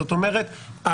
זאת אומרת,